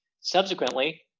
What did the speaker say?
Subsequently